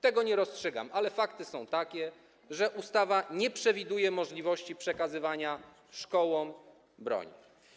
Tego nie rozstrzygam, ale fakty są takie, że ustawa nie przewiduje możliwości przekazywania szkołom broni.